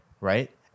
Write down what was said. right